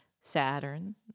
Saturn